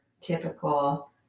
typical